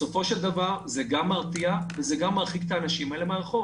בסופו של דבר זה גם מרתיע וזה גם מרחיק את האנשים האלה מן הרחוב